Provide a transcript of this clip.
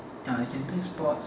we can play sports